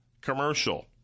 commercial